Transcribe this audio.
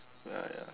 ah ya